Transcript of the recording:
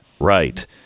Right